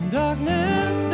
darkness